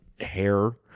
hair